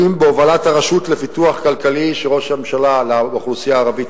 בהובלת הרשות לפיתוח כלכלי לאוכלוסייה הערבית,